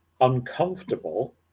uncomfortable